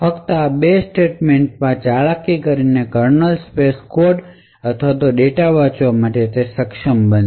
ફક્ત આ બે સ્ટેટમેંટમાં ચાલાકી કરીને કર્નલ સ્પેસ કોડ અથવા ડેટા વાંચવા માટે સક્ષમ બનશે